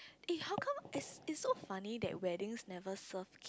eh how come is is so funny that weddings never serve